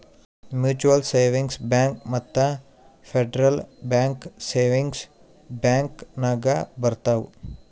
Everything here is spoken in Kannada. ಮ್ಯುಚುವಲ್ ಸೇವಿಂಗ್ಸ್ ಬ್ಯಾಂಕ್ ಮತ್ತ ಫೆಡ್ರಲ್ ಬ್ಯಾಂಕ್ ಸೇವಿಂಗ್ಸ್ ಬ್ಯಾಂಕ್ ನಾಗ್ ಬರ್ತಾವ್